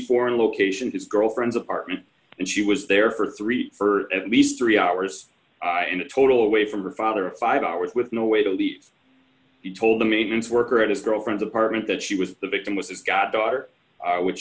foreign location his girlfriend's apartment and she was there for three for at least three hours in a total away from her father five hours with no way to leave he told a maintenance worker at his girlfriend's apartment that she was the victim was his god daughter which